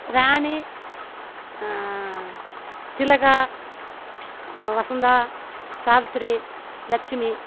Rani Thilaka Vasantha Savithri Lakshmi